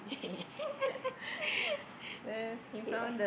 okay one